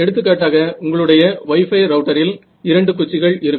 எடுத்துக்காட்டாக உங்களுடைய wifi ரவுட்டரில் இரண்டு குச்சிகள் இருக்கும்